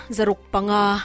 Zarukpanga